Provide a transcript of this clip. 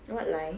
what lie